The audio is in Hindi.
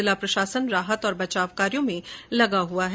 जिला प्रशासन राहत और बचाव कार्यो में लगा हुआ है